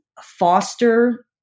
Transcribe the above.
foster